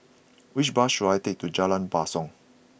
which bus should I take to Jalan Basong